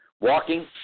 walking